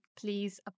please